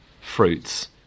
fruits